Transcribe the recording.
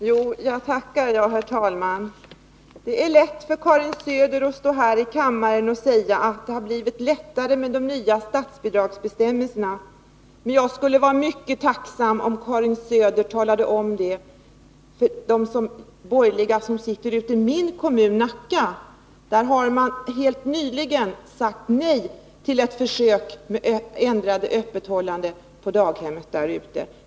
Herr talman! Jo, jag tackar jag! Det är lätt för Karin Söder att säga att det har blivit lättare med de nya statsbidragsbestämmelserna. Jag skulle bli mycket tacksam, om Karin Söder talade om detta för de borgerliga beslutsfattare som sitter i min kommun, i Nacka. Där ute har man helt nyligen sagt nej till ett försök med ändrat öppethållande på daghemmet.